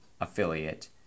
affiliate